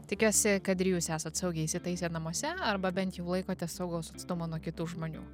tikiuosi kad ir jūs esat saugiai įsitaisę namuose arba bent jau laikotės saugaus atstumo nuo kitų žmonių